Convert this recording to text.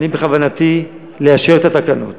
בכוונתי לאשר את התקנות.